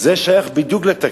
זה שייך בדיוק לתקציב,